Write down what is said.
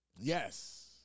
Yes